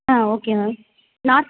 ah okay ma'am north